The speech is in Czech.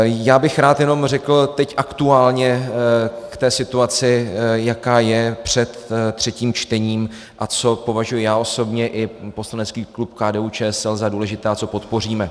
Já bych rád jenom řekl teď aktuálně k té situaci, jaká je před třetím čtením a co považuji já osobně i poslanecký klub KDUČSL za důležité a co podpoříme.